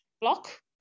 block